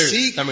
Seek